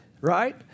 right